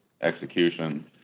execution